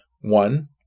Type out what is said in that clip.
One